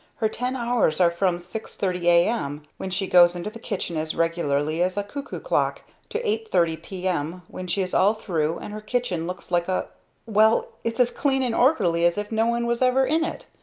her ten hours are from six-thirty a m, when she goes into the kitchen as regularly as a cuckoo clock, to eight-thirty p m. when she is all through and her kitchen looks like a well it's as clean and orderly as if no one was ever in it.